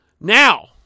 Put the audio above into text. Now